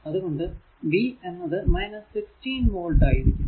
അത് കൊണ്ട് v എന്നത് 16 വോൾട് ആയിരിക്കും